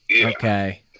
Okay